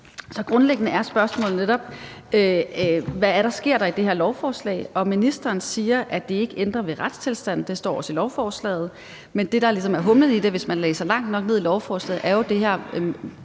Så grundlæggende er spørgsmålet netop, hvad der sker i det her lovforslag, og ministeren siger, at det ikke ændrer ved retstilstanden, og det står der også i lovforslaget. Men det, der ligesom er humlen i det, hvis man læser langt nok ned i lovforslaget, er de her